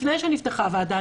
לפני שנפתחה הוועדה,